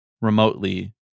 remotely